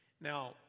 Now